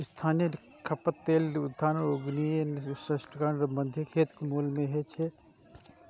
स्थानीय खपत लेल खाद्यान्न उगेनाय उष्णकटिबंधीय खेतीक मूल मे छै